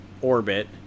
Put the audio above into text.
orbit